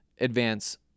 advance